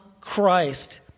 Christ